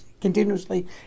continuously